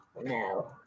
no